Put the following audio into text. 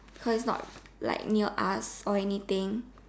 cause is not like near us or anything